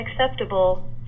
acceptable